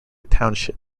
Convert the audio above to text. township